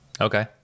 okay